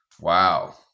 Wow